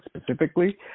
specifically